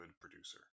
producer